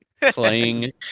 Playing